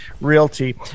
Realty